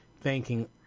thanking